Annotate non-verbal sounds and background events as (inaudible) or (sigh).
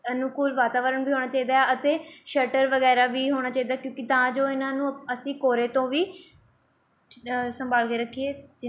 ਅਨੁਕੂਲ ਵਾਤਾਵਰਨ ਵੀ ਹੋਣਾ ਚਾਹੀਦਾ ਹੈ ਅਤੇ ਸ਼ਟਰ ਵਗੈਰਾ ਵੀ ਹੋਣਾ ਚਾਹੀਦਾ ਕਿਉਂਕਿ ਤਾਂ ਜੋ ਇਹਨਾਂ ਨੂੰ ਅਸੀਂ ਕੋਹਰੇ ਤੋਂ ਵੀ ਸੰਭਾਲ ਕੇ ਰੱਖੀਏ (unintelligible)